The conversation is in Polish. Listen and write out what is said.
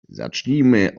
zacznijmy